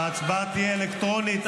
ההצבעה תהיה אלקטרונית.